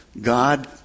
God